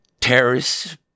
Terrorists